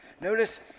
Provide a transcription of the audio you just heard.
Notice